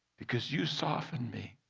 because you soften me.